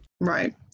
Right